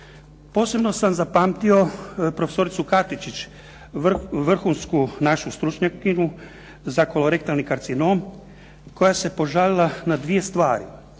Posebno sam zapamtio profesoricu Katičić vrhunsku našu stručnjakinju za kolorektalni karcinom koja se požalila na dvije stvari.